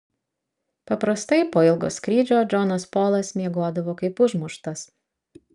paprastai po ilgo skrydžio džonas polas miegodavo kaip užmuštas